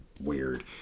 weird